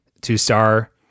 two-star